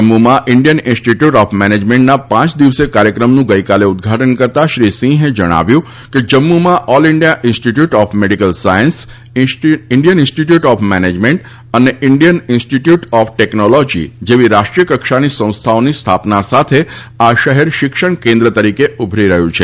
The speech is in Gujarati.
જમ્મુમાં ઈન્ડિયન ઇન્સ્ટિટ્યૂટ ઑફ મેનેજમેન્ટના પાંચ દિવસીય કાર્યક્રમનું ગઈકાલે ઉદઘાટન કરતાં શ્રી સિંહે જણાવ્યું કે જમ્મુમાં all India institute of medical science Indian institute of management અને ઇન્ડિયન ઇન્સ્ટિટ્યૂટ ઑફ ટેકનોલોજી જેવી રાષ્ટ્રીય કક્ષાની સંસ્થાઓની સ્થાપના સાથે આ શહેર શિક્ષણ કેન્દ્ર તરીકે ઉભરી રહ્યું છે